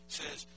says